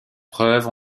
preuves